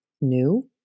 new